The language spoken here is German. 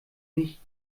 nicht